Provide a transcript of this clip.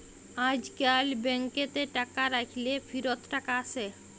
আইজকাল ব্যাংকেতে টাকা রাইখ্যে ফিরত টাকা আসে